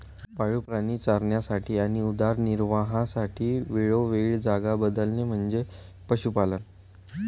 पाळीव प्राणी चरण्यासाठी आणि उदरनिर्वाहासाठी वेळोवेळी जागा बदलणे म्हणजे पशुपालन